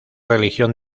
religión